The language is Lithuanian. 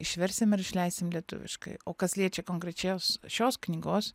išversim ir išleisim lietuviškai o kas liečia konkrečias šios knygos